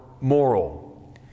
moral